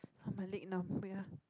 my leg numb wait ah